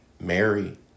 Mary